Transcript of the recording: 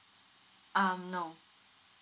um no